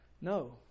no